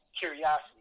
curiosity